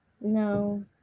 No